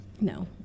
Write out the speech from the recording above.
No